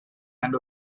and